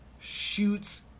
shoots